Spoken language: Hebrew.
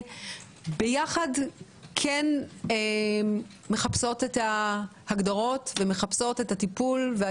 ויחד אנחנו מחפשות את ההגדרות ומחפשות את הטיפול ואת